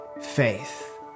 faith